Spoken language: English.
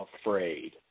afraid